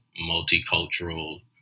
multicultural